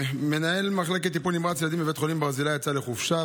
מנהל מחלקת טיפול נמרץ ילדים בבית החולים ברזילי יצא לחופשה,